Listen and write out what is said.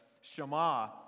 Shema